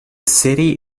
city